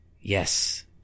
yes